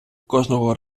кожного